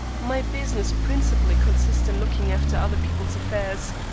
my business principally consists in looking after other people's affairs.